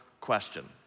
question